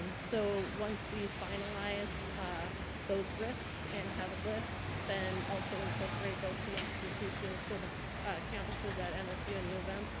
um so once we finalize those risks and have a list, then also incorporate both the institutions, so the campuses at msu and u of m,